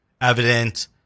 evident